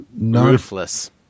Ruthless